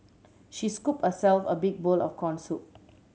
she scooped herself a big bowl of corn soup